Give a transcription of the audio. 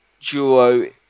duo